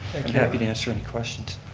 happy to answer any questions.